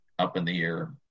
up-in-the-air